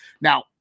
Now